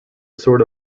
sort